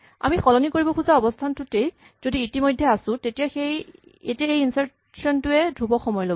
আমি সলনি কৰিব খোজা অৱস্হানটোতেই যদি ইতিমধ্যে আছো তেতিয়া এই ইনচাৰ্চন টোৱে ধ্ৰৱক সময় ল'ব